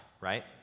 right